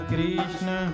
Krishna